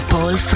Paul